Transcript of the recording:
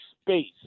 space